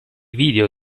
video